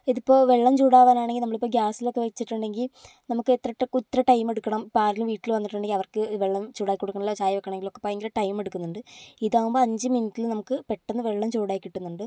ഇതിപ്പോൾ വെള്ളം ചൂടാവാനാണെങ്കിൽ നമ്മളിപ്പോൾ ഗ്യാസിലൊക്കെ വെച്ചിട്ടുണ്ടെങ്കിൽ നമുക്ക് എത്ര ടൈമെടുക്കണം ഇപ്പം ആരെങ്കിലും വീട്ടിൽ വന്നിട്ടുണ്ടെങ്കിൽ അവർക്കു വെള്ളം ചൂടാക്കി കൊടുക്കണമെങ്കിലോ ചായ വയ്ക്കണമെങ്കിലോ ഒക്കെ ഭയങ്കര ടൈമെടുക്കുന്നുണ്ട് ഇതാകുമ്പോൾ അഞ്ച് മിനിറ്റിൽ നമുക്ക് പെട്ടെന്നു വെള്ളം ചൂടായി കിട്ടുന്നുണ്ട്